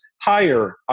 higher